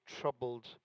troubled